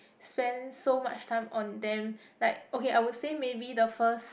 spend so much time on them like okay I would say maybe the first